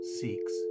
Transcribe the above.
seeks